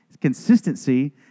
consistency